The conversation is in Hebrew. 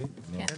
כן.